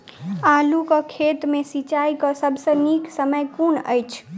आलु केँ खेत मे सिंचाई केँ सबसँ नीक समय कुन अछि?